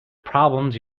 problems